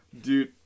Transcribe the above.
Dude